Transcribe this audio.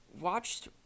watched